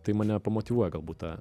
tai mane pomotyvuoja galbūt ta